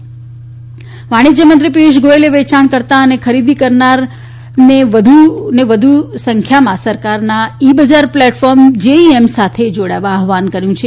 GEM વાણીજય મંત્રી પિયુષ ગોયલે વેચાણ કર્તા તથા ખરીદી કરનારને વધુને વધુ સંખ્યામાં સરકારના ઇ બજાર પ્લેટફોર્મ જીઇએમ સાથે જોડાવા આહવાન કર્યુ છે